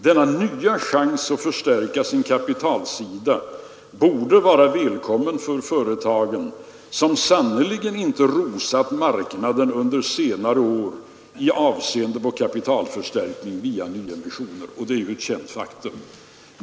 Denna nya chans att förstärka sin kapitalsida borde vara välkommen för företagen, som sannerligen inte rosat marknaden under senare år i avseende på kapitalförstärkning via nyemissioner.” Det är ju ett känt faktum.